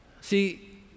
See